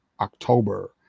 October